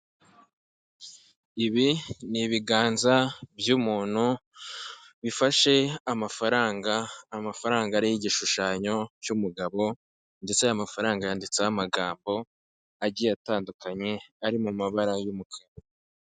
Ibi ni ibiganza by'umuntu bifashe amafaranga, amafaranga ariho igishushanyo cy'umugabo ndetse aya mafaranga yanditseho amagambo agiye atandukanye ari mu mabara y'umukara.